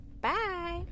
Bye